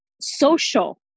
social